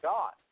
God